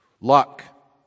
Luck